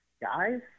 guys